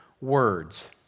words